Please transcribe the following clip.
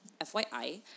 FYI